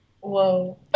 whoa